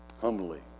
humbly